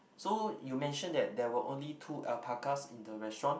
so you mention that there were only two alpacas in the restaurant